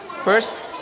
first,